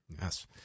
yes